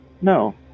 no